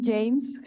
James